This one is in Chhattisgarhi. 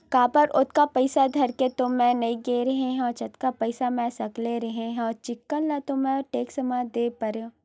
काबर ओतका पइसा धर के तो मैय गे नइ रेहे हव जतका पइसा मै सकले रेहे हव चिक्कन ल तो मैय टेक्टर म दे परेंव